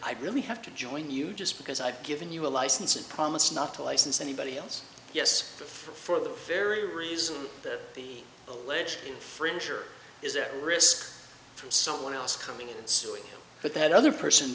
i really have to join you just because i've given you a license and promise not to license anybody else yes for the very reason that the alleged french or is there a risk from someone else coming in and suing but that other person